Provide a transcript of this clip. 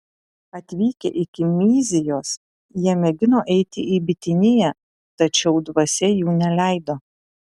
atvykę iki myzijos jie mėgino eiti į bitiniją tačiau dvasia jų neleido